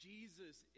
Jesus